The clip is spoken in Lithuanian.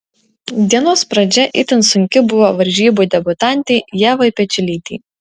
dienos pradžia itin sunki buvo varžybų debiutantei ievai pečiulytei